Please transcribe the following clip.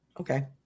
Okay